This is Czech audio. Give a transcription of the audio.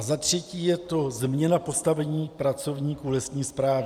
Za třetí je to změna postavení pracovníků lesní správy.